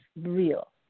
real